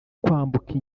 kwambuka